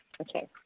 Okay